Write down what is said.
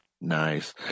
Nice